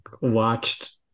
watched